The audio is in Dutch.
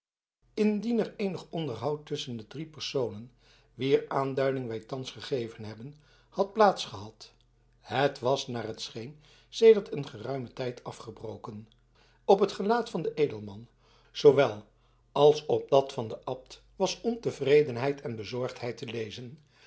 indien er eenig onderhoud tusschen de drie personen wier aanduiding wij thans gegeven hebben had plaats gehad het was naar het scheen sedert een geruimen tijd afgebroken op het gelaat van den edelman zoowel als op dat van den abt was ontevredenheid en bezorgdheid te lezen